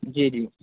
جی جی